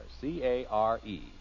C-A-R-E